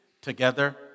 together